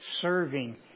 serving